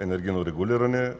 енергийно и водно регулиране